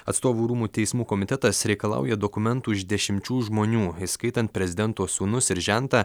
atstovų rūmų teismų komitetas reikalauja dokumentų iš dešimčių žmonių įskaitant prezidento sūnus ir žentą